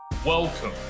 Welcome